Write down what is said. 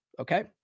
Okay